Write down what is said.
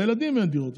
לילדים אין דירות,